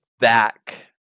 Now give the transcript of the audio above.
back